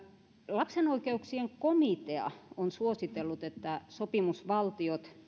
lapsen oikeuksien komitea on suositellut että sopimusvaltiot